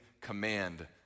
command